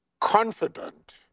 confident